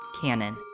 canon